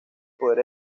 poder